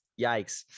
yikes